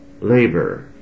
labor